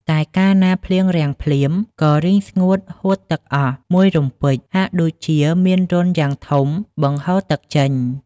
តែកាលណាភ្លៀងរាំងភ្លាម ក៏រីងស្ងួតហួតទឹកអស់មួយរំពេច ហាក់ដូចជាមានរន្ធយ៉ាងធំបង្ហូរទឹកចេញ ។